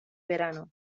verano